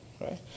right